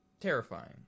Terrifying